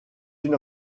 une